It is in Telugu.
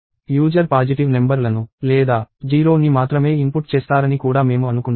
యూజర్ పాజిటివ్ నెంబర్ లను లేదా 0ని మాత్రమే ఇన్పుట్ చేస్తారని కూడా మేము అనుకుంటాము